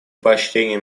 поощрения